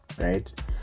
right